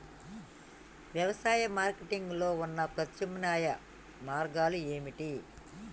వ్యవసాయ మార్కెటింగ్ లో ఉన్న ప్రత్యామ్నాయ మార్గాలు ఏమిటి?